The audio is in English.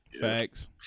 Facts